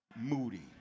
Moody